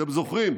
אתם זוכרים,